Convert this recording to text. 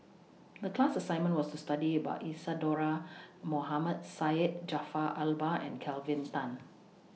The class assignment was to study about Isadhora Mohamed Syed Jaafar Albar and Kelvin Tan